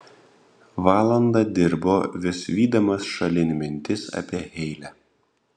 valandą dirbo vis vydamas šalin mintis apie heile